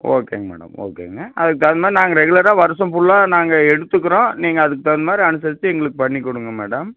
ஓகேங்க மேடம் ஓகேங்க அதுக்கு தகுந்த மாதிரி நாங்கள் ரெகுலராக வருஷம் ஃபுல்லாக நாங்கள் எடுத்துக்கிறோம் நீங்கள் அதுக்கு தகுந்த மாதிரி அனுசரித்து எங்களுக்கு பண்ணி கொடுங்க மேடம்